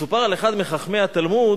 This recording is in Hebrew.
מסופר על אחד מחכמי התלמוד,